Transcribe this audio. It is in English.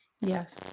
Yes